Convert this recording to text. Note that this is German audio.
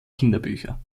kinderbücher